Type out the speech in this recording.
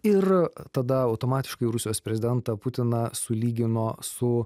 ir tada automatiškai rusijos prezidentą putiną sulygino su